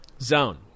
zone